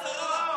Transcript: אחד מעשרה.